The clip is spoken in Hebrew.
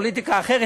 פוליטיקה אחרת.